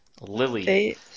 Lily